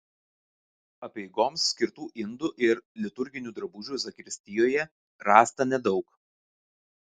apeigoms skirtų indų ir liturginių drabužių zakristijoje rasta nedaug